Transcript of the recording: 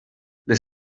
les